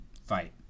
fight